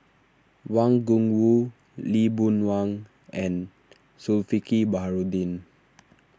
Wang Gungwu Lee Boon Wang and Zulkifli Baharudin